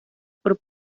por